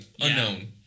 Unknown